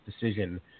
decision